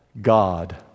God